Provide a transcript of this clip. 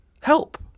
Help